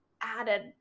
added